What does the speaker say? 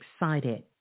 excited